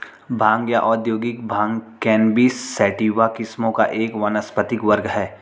भांग या औद्योगिक भांग कैनबिस सैटिवा किस्मों का एक वानस्पतिक वर्ग है